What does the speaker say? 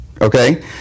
Okay